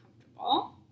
comfortable